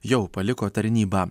jau paliko tarnybą